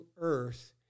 earth